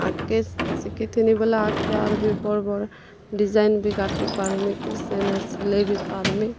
ଆଗ୍କେ ଶିଖିଥିମି ବେଲେ ଆଗ୍କେ ଆର୍ ବି ବଡ଼୍ ବଡ଼୍ ଡ଼ିଜାଇନ୍ ବି କାଟି ପାର୍ମି କି ସେନେ ସିଲେଇ ବି ପାର୍ମି